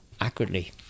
accurately